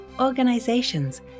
organizations